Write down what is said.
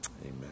Amen